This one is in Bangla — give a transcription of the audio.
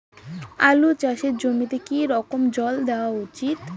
আলু চাষের জমিতে কি রকম জল দেওয়া উচিৎ?